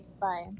bye